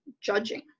judging